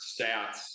stats